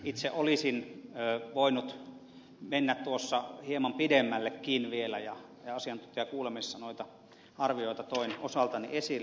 itse olisin voinut mennä tuossa hieman pidemmällekin vielä ja asiantuntijakuulemisessa noita arvioita toin osaltani esille